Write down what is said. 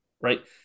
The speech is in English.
Right